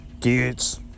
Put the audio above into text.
kids